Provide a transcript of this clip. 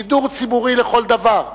שידור ציבורי לכל דבר,